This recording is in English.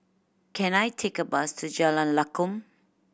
can I take a bus to Jalan Lakum